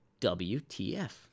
WTF